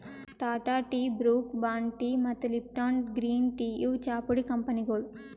Tata tea, Brooke Bond tea ಮತ್ತ್ Lipton green tea ಇವ್ ಚಾಪುಡಿ ಕಂಪನಿಗೊಳ್